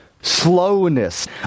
slowness